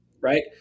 right